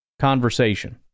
conversation